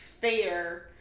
fair